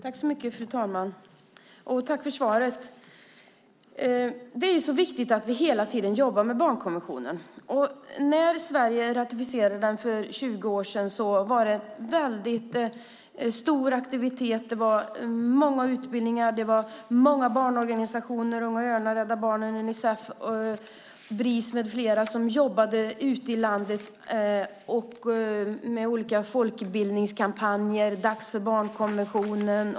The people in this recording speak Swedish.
Fru talman! Tack för svaret! Det är så viktigt att vi hela tiden jobbar med barnkonventionen. När Sverige ratificerade den för 20 år sedan var det väldigt stor aktivitet. Det var många utbildningar och många barnorganisationer, bland annat Unga örnar, Rädda barnen, Unicef och Bris, som jobbade ute i landet med olika folkbildningskampanjer, till exempel Dags för barnkonventionen.